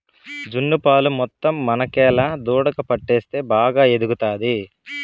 జున్ను పాలు మొత్తం మనకేలా దూడకు పట్టిస్తే బాగా ఎదుగుతాది